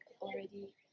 already